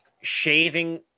shaving